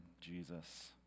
Jesus